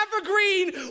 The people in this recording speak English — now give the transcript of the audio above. evergreen